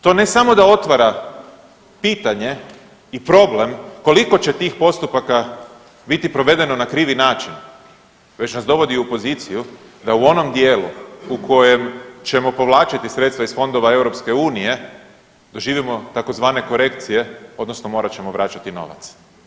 To ne samo da otvara pitanje i problem koliko će tih postupaka biti provedeno na krivi način već nas dovodi i u poziciju da u onom dijelu u kojem ćemo povlačiti sredstva iz fondova EU doživimo tzv. korekcije odnosno morat ćemo vraćati novac.